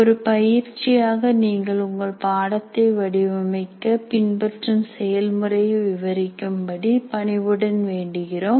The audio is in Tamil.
ஒரு பயிற்சியாக நீங்கள் உங்கள் பாடத்தை வடிவமைக்க பின்பற்றும் செயல்முறையை விவரிக்கும் படி பணிவுடன் வேண்டுகிறோம்